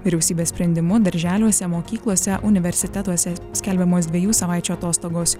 vyriausybės sprendimu darželiuose mokyklose universitetuose skelbiamos dviejų savaičių atostogos